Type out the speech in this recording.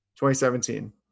2017